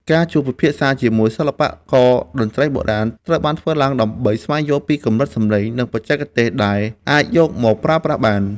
ការជួបពិភាក្សាជាមួយសិល្បករតន្ត្រីបុរាណ ត្រូវបានធ្វើឡើងដើម្បីស្វែងយល់ពីកម្រិតសំឡេង និងបច្ចេកទេសលេងដែលអាចយកមកប្រើប្រាស់បាន។